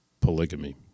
polygamy